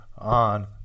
on